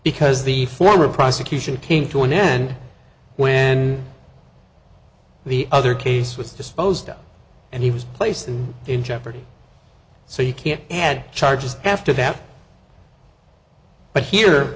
because the former prosecution came to an end when the other case was disposed of and he was placed in jeopardy so you can't had charges after that but here